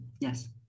Yes